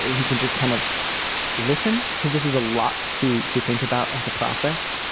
who can just kind of listen because this is a lot to to think about and to process.